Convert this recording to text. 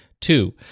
Two